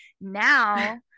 now